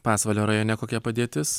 pasvalio rajone kokia padėtis